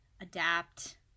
adapt